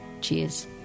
Cheers